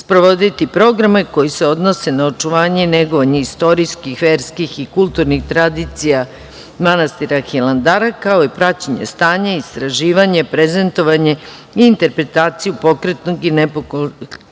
sprovoditi programe koje se odnose na očuvanje i negovanje istorijskih, verskih i kulturnih tradicija manastira Hilandara, kao i praćenje stanja i istraživanje, prezentovanje i interpretaciju pokretnog i nepokretnog